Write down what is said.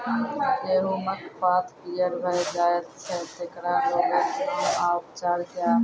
गेहूँमक पात पीअर भअ जायत छै, तेकरा रोगऽक नाम आ उपचार क्या है?